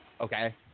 Okay